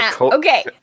Okay